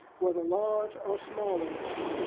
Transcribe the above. whether large or smaller ones.